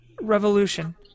revolution